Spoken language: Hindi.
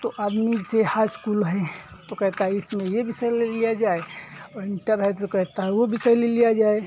तो आदमी जैसे हइ इस्कूल हैं तो कहेता है इसमें ये विसय ले लिया जाए और इन्टर है तो कहेता है वो बिसय ले लिया जाए